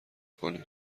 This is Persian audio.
کنین